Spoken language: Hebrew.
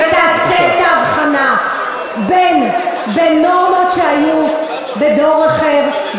ותעשה את ההבחנה בין נורמות שהיו בדור אחר,